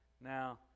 Now